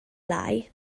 lai